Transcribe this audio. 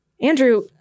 Andrew